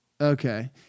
Okay